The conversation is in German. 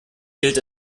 gilt